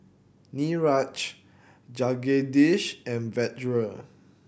Niraj Jagadish and Vedre